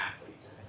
athletes